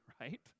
right